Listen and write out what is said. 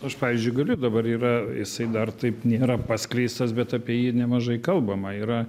aš pavyzdžiui galiu dabar yra jisai dar taip nėra paskleistas bet apie jį nemažai kalbama yra